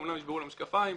אמנם נשברו לו המשקפיים.